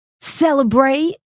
celebrate